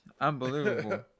Unbelievable